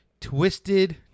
twisted